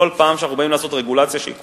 פעם שאנחנו באים לעשות רגולציה שהיא כואבת,